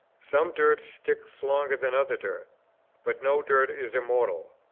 some dirt sticks longer than other dirt but no dirt is immortal.